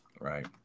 right